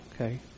okay